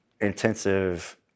intensive